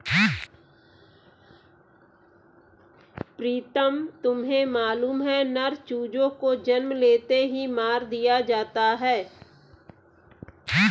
प्रीतम तुम्हें मालूम है नर चूजों को जन्म लेते ही मार दिया जाता है